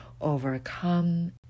overcome